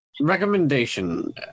Recommendation